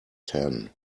tan